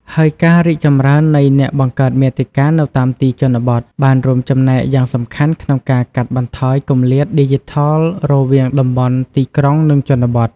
ហើយការរីកចម្រើននៃអ្នកបង្កើតមាតិកានៅតាមទីជនបទបានរួមចំណែកយ៉ាងសំខាន់ក្នុងការកាត់បន្ថយគម្លាតឌីជីថលរវាងតំបន់ទីក្រុង និងជនបទ។